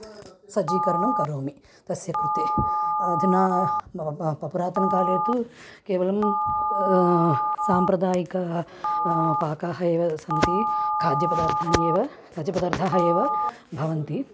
सज्जीकरणं करोमि तस्य कृते अधुना पुरातनेकाले तु केवलं साम्प्रदायिक पाकः एव सन्ति खाद्यपदार्थानि एव खाद्यपदार्थाः एव भवन्ति